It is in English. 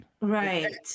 Right